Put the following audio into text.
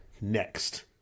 Next